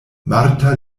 marta